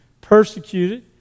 persecuted